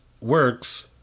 works